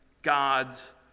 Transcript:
God's